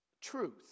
truth